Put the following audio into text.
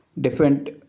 different